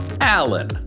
Allen